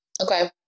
Okay